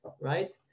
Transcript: right